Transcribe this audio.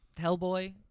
Hellboy